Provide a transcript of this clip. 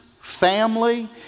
family